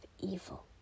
evil